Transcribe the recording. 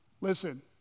Listen